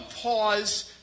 pause